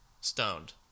stoned